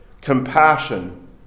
compassion